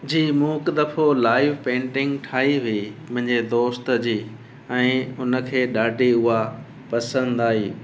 जी मूं हिकु दफ़ो लाइव पेंटिग ठाही हुई मुंहिंजे दोस्त जी ऐं हुनखे ॾाढी उहा पसंदि आई